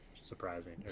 surprising